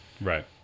right